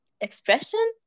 expression